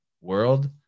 world